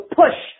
push